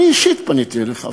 אני אישית פניתי אליך,